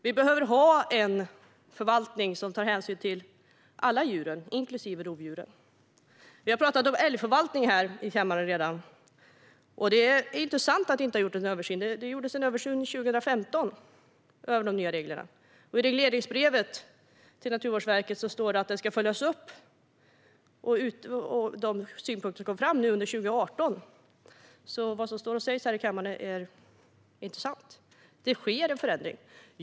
Vi behöver ha en förvaltning som tar hänsyn till alla djur, inklusive rovdjuren. Vi har redan pratat om älgförvaltning här i kammaren. Det är inte sant att det inte har gjorts en översyn. Det gjordes en översyn av de nya reglerna 2015. I regleringsbrevet till Naturvårdsverket står det att de synpunkter som kom fram ska följas upp under 2018. Det man står och säger här i kammaren är alltså inte sant. Det sker en förändring.